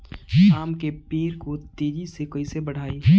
आम के पेड़ को तेजी से कईसे बढ़ाई?